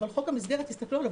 אבל חוק המסגרת, תסתכלו עליו,